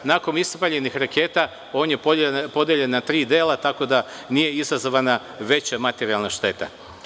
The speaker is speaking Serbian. Nakon ispaljenih raketa on je podeljen na tri dela tako da nije izazvana veća materijalna šteta.